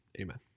Amen